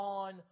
on